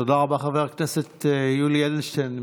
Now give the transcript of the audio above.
תודה רבה, חבר הכנסת יולי אדלשטיין.